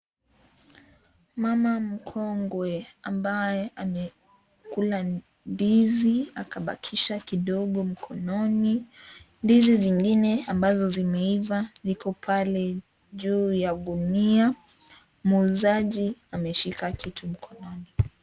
Mama mkongwe ambaye amekula ndizi akabakisha kidogo mkononi. Ndizi zingine ambazo zimeiva ziko pale juu ya gunia. Muuzaji ameshika kitu mkononi.